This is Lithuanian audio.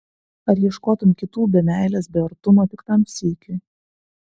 ar ieškotum kitų be meilės be artumo tik tam sykiui